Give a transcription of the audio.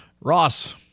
Ross